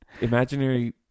imaginary